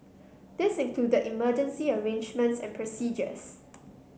this included emergency arrangements and procedures